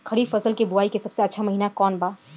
खरीफ फसल के बोआई के सबसे अच्छा महिना कौन बा?